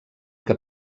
que